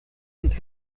und